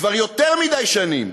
כבר יותר מדי שנים.